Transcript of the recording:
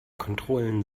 kontrollen